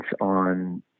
on